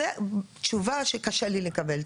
זו תשובה שקשה לי לקבל.